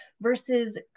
Versus